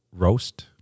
Roast